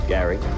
Gary